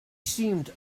seemed